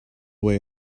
way